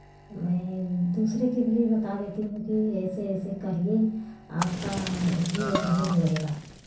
मैं दूसरे की भी बता देती हूँ की ऐसे ऐसे करिए आपका भी ऐसा ही होगा